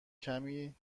کمی